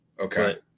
Okay